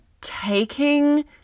taking